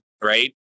right